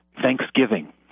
Thanksgiving